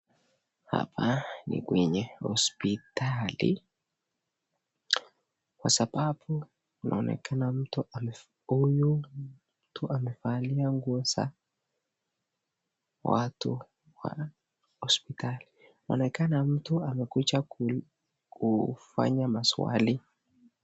Hapa ni kweye hospitali kwa sababu inaonekana mtu huyu amevalia nguo za watu wa hospitali. Anakaa na mtu amekuja kufanywa maswali.